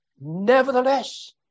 nevertheless